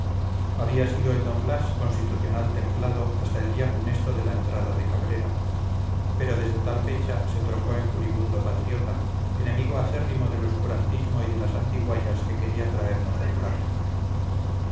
había sido el d blas constitucional templado hasta el día funesto de la entrada de cabrera pero desde tal fecha se trocó en furibundo patriota enemigo acérrimo del obscurantismo y de las antiguallas que quería traernos d carlos